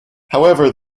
however